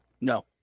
No